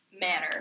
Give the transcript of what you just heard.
manner